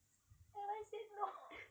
and I said no